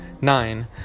Nine